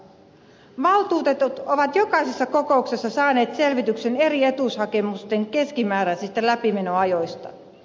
valtuutetut ovat jokaisessa kokouksessa saaneet selvityksen eri etuushakemusten keskimääräisistä läpimenoajoista